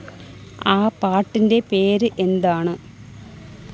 ആ പാട്ടിന്റെ പേര് എന്താണ്